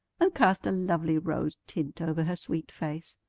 and cast a lovely rose tint over her sweet face.